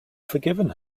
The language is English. forgiven